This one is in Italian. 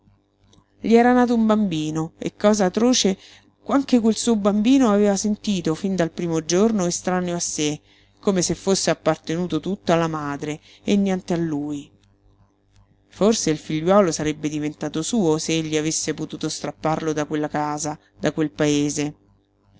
era nato un bambino e cosa atroce anche quel suo bambino aveva sentito fin dal primo giorno estraneo a sé come se fosse appartenuto tutto alla madre e niente a lui forse il figliuolo sarebbe diventato suo se egli avesse potuto strapparlo da quella casa da quel paese